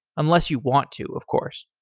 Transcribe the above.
unless you want to, of course.